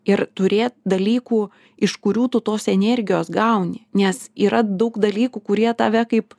ir turėt dalykų iš kurių tos energijos gauni nes yra daug dalykų kurie tave kaip